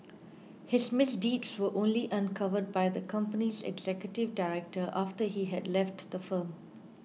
his misdeeds were only uncovered by the company's executive director after he had left the firm